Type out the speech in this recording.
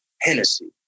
Hennessy